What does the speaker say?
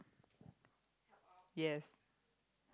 yes